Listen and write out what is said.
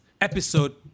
episode